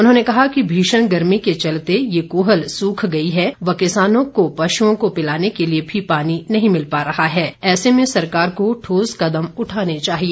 उन्होंने कहा कि भीषण गर्मी के चलते ये कहल सुख गई है व किसानों को पशुओं को पिलाने के लिए भी पानी नहीं मिल पा रहा है ऐसे में सरकार को ठोस कदम उठाने चाहिए